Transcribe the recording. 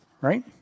right